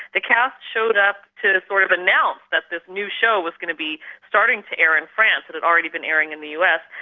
the cast showed up to sort of announce that this new show was going to be starting to air in france, it had already been airing in the us,